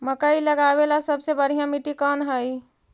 मकई लगावेला सबसे बढ़िया मिट्टी कौन हैइ?